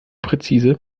präzise